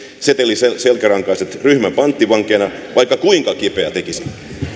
seteliselkärankaiset ryhmän pankkivankeina vaikka kuinka kipeää tekisi